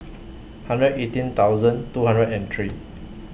hundred eighteen thousand two hundred and three